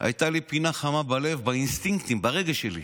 הייתה לי פינה חמה בלב, באינסטינקטים, ברגש שלי.